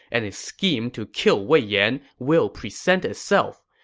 and a scheme to kill wei yan will present itself.